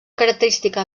característica